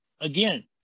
again